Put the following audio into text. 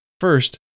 First